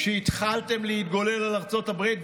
כשהתחלתם להתגולל על ארצות הברית,